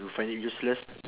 you find it useless